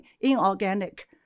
inorganic